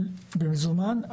במזומן,